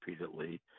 repeatedly